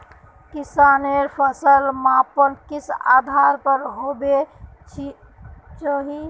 किसानेर फसल मापन किस आधार पर होबे चही?